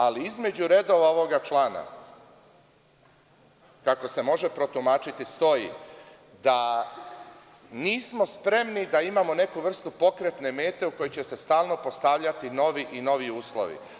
Ali, između redova ovog člana, kako se može protumačiti, stoji da nismo spremni da imamo neku vrstu pokretne mete u koju će se stalno postavljati novi i noviji uslovi.